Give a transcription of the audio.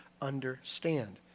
understand